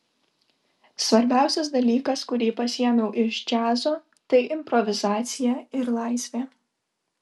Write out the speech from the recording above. svarbiausias dalykas kurį pasiėmiau iš džiazo tai improvizacija ir laisvė